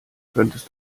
könntest